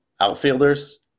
Outfielders